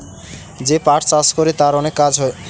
যে পাট চাষ করে তার অনেক কাজ হয়